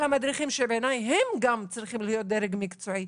המדריכים שבעיניי הם גם צריכים להיות דרג מקצועי,